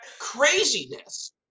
craziness